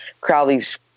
Crowley's